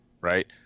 Right